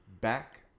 back